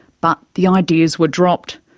but the ideas were dropped,